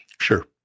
Sure